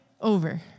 over